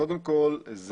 קודם כל,